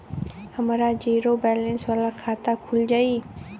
हमार zero balance वाला खाता खुल जाई?